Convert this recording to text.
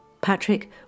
Patrick